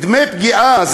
דמי פגיעה,